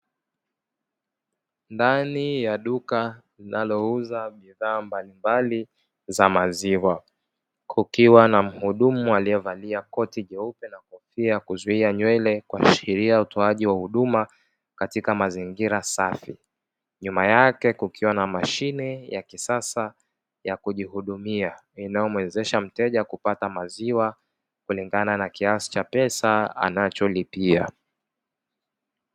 Ndani ya duka linalouza bidhaa mbalimbali za maziwa, kukiwa na mhudumu aliyevalia koti jeupe na kofia ya kuzuia nywele, kuashiria utoaji wa huduma katika mazingira safi. Nyuma yake kukiwa na mashine ya kisasa ya kujihudumia; inayomuwezesha mteja kupata maziwa kulingana na kiasi cha pesa anacholipia.